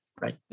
Right